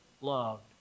loved